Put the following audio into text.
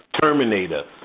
Terminator